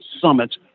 summit